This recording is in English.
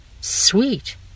Sweet